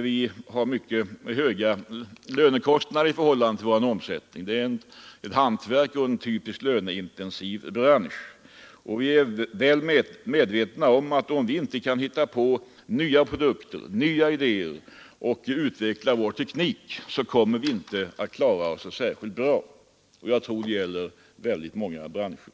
vi har mycket höga lönekostnader i förhållande till vår omsättning. Det är ett konsthantverk och en typisk löneintensiv bransch. Vi är väl medvetna om att ifall vi inte kan hitta på nya produkter, komma med nya idéer och utveckla vår teknik så kommer vi inte att klara oss särskilt bra. Jag tror detta gäller många branscher.